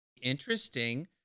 interesting